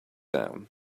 down